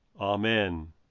Amen